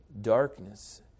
darkness